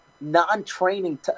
non-training